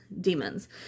demons